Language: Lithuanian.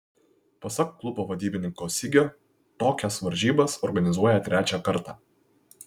pasak klubo vadybininko sigio tokias varžybas organizuoja trečią kartą